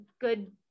good